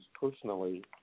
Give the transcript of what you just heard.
personally